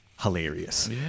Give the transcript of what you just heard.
Hilarious